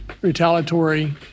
retaliatory